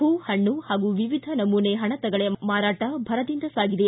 ಹೂ ಹಣ್ಣು ಹಾಗೂ ವಿವಿಧ ನಮೂನೆ ಹಣತೆಗಳ ಮಾರಾಟ ಭರದಿಂದ ಸಾಗಿದೆ